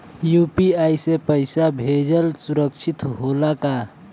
UPI से पैसा भेजल सुरक्षित होला का?